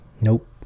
nope